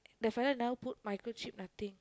the fella now put micro chip nothing